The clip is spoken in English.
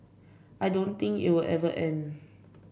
I don't think it'll ever end